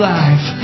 life